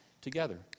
together